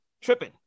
tripping